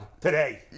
today